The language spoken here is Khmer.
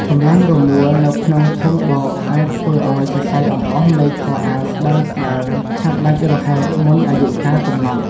កម្លាំងរមួលនៅក្នុងធុងបោកអាចធ្វើឱ្យសរសៃអំបោះនៃខោអាវស្តើងៗឆាប់ដាច់រហែកមុនអាយុកាលកំណត់។